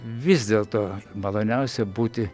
vis dėlto maloniausia būti